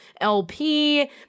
LP